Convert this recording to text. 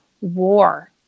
war